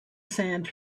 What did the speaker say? sand